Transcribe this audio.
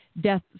death